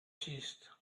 chest